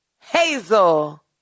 hazel